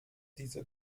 diese